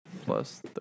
plus